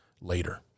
later